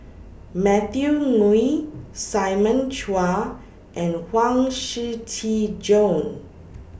Matthew Ngui Simon Chua and Huang Shiqi Joan